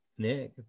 Nick